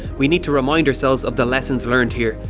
we need to remind ourselves of the lessons learned here.